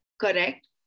correct